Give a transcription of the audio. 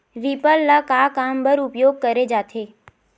Reaper ल का काम बर उपयोग करे जाथे?